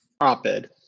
Op-ed